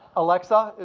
alexa,